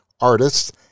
artists